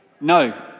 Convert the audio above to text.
No